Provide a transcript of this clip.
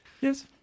Yes